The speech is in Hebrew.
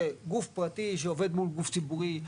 זה גוף פרטי שעובד מול גוף ציבורי,